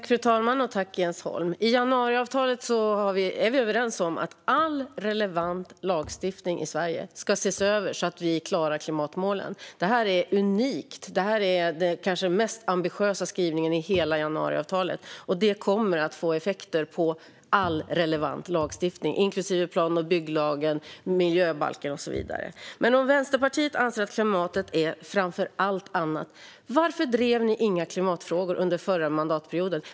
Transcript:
Fru talman! I januariavtalet är vi överens om att all relevant lagstiftning i Sverige ska ses över så att vi klarar klimatmålen. Det här är unikt. Det kanske är den mest ambitiösa skrivningen i hela januariavtalet. Den kommer att få effekter på all relevant lagstiftning, inklusive plan och bygglagen, miljöbalken och så vidare. Om Vänsterpartiet sätter klimatet framför allt annat, varför drev ni då inga klimatfrågor under förra mandatperioden?